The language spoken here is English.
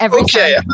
Okay